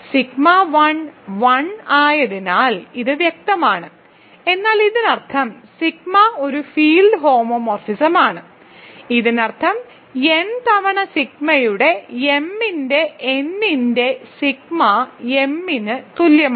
sigma 1 1 ആയതിനാൽ ഇത് വ്യക്തമാണ് എന്നാൽ ഇതിനർത്ഥം സിഗ്മ ഒരു ഫീൽഡ് ഹോമോമോർഫിസമാണ് ഇതിനർത്ഥം n തവണ സിഗ്മയുടെ m ന്റെ n ന്റെ സിഗ്മ m ന് തുല്യമാണ്